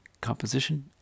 composition